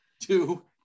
two